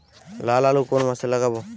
লাল আলু কোন মাসে লাগাব?